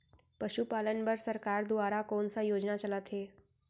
पशुपालन बर सरकार दुवारा कोन स योजना चलत हे?